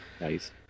nice